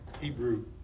Hebrew